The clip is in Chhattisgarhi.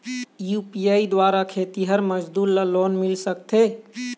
यू.पी.आई द्वारा खेतीहर मजदूर ला लोन मिल सकथे?